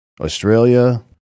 Australia